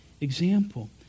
example